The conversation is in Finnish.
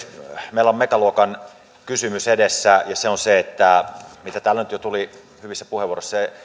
meillä on megaluokan kysymys edessä ja se on se mitä täällä nyt jo tuli hyvissä puheenvuoroissa